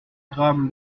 graham